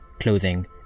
clothing